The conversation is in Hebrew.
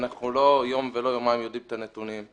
אנחנו לא יום ולא יומיים יודעים את הנתונים,